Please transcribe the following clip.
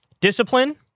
discipline